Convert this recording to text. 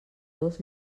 dos